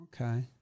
Okay